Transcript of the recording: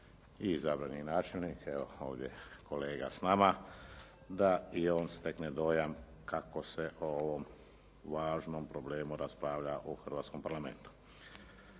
izabran je i načelnik, evo ovdje kolega s nama da i on stekne dojam kako se o ovom važnom problemu raspravlja u Hrvatskom parlamentu.